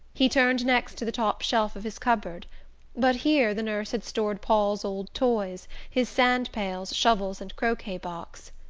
he turned next to the top shelf of his cupboard but here the nurse had stored paul's old toys, his sand-pails, shovels and croquet-box.